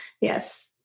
Yes